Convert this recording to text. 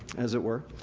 as it were,